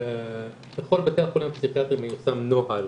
בכל בתי החולים הפסיכיאטריים מיושם נוהל,